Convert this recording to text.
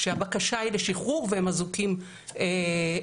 כאשר הבקשה היא לשחרור, והם אזוקים ברגליים.